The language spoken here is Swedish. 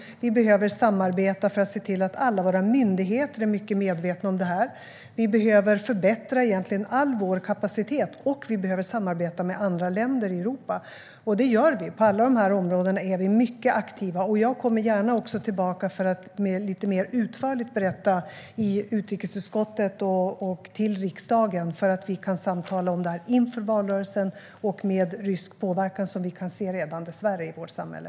Vi behöver samarbeta för att se till att alla våra myndigheter är medvetna om detta. Vi behöver förbättra all kapacitet, och vi behöver samarbeta med andra länder i Europa, vilket vi gör. På alla dessa områden är vi mycket aktiva. Jag kommer gärna tillbaka till utrikesutskottet och övriga riksdagen för att inför valrörelsen mer utförligt berätta och samtala om den ryska påverkan som vi dessvärre redan kan se i vårt samhälle.